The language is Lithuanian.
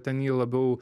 ten ji labiau